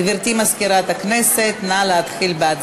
גברתי מזכירת הכנסת, נא להתחיל.